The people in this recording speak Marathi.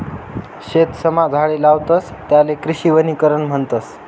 शेतसमा झाडे लावतस त्याले कृषी वनीकरण म्हणतस